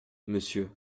monsieur